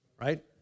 right